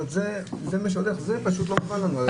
זה לא מובן לנו.